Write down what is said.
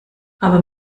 aber